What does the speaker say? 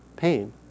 pain